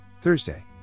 Thursday